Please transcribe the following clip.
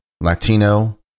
Latino